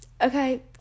okay